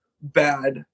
bad